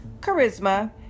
charisma